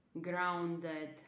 grounded